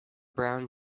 brown